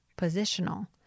positional